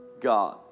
God